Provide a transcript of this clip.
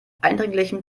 eindringlichen